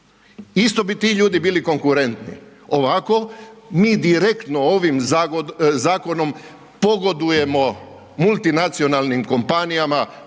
isto bi ti ljudi bili konkurentni. Ovako bi direktno ovim zakonom pogodujemo multinacionalnim kompanijama,